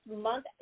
month